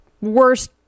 worst